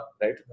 right